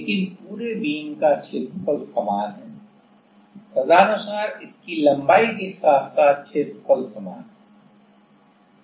लेकिन पूरे बीम का क्षेत्रफल समान है तदनुसार इसकी लंबाई के साथ साथ क्षेत्रफल समान है